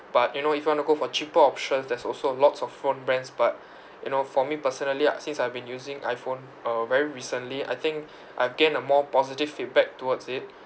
but you know if you want to go for cheaper options there's also lots of phone brands but you know for me personally ah since I've been using iphone uh very recently I think I've gained a more positive feedback towards it